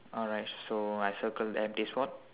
alright so I circle the empty spot